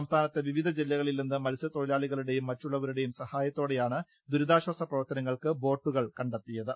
സംസ്ഥാനത്തെ വിവിധ ജില്ലകളിൽ നിന്ന് മത്സ്യതൊഴിലാളികളുടെയും മറ്റുള്ള്വരുടെയും സഹായത്തോടെ യാണ് ദുരിതാശ്വാസ പ്രവർത്തനങ്ങൾക്ക് ബോട്ടുകൾ കണ്ടെത്തിയത്